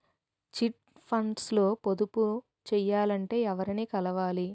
Chit funds లో పొదుపు చేయాలంటే ఎవరిని కలవాలి?